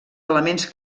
elements